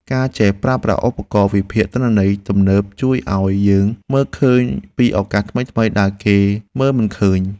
ការចេះប្រើប្រាស់ឧបករណ៍វិភាគទិន្នន័យទំនើបជួយឱ្យយើងមើលឃើញពីឱកាសថ្មីៗដែលគេមើលមិនឃើញ។